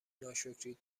ناشکرید